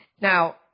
now